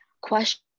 question